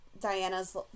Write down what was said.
Diana's